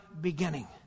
beginning